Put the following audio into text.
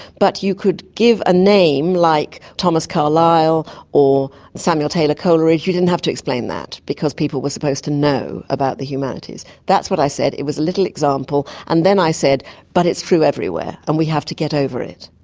but you could give a name like thomas carlyle or samuel taylor coleridge, you didn't have to explain that because people were supposed to know about about the humanities. that's what i said, it was a little example. and then i said but it's true everywhere and we have to get over it.